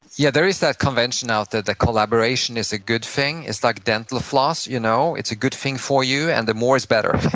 yeah, there is that convention out there that collaboration is a good thing, it's like dental floss, you know it's a good thing for you and that more is better.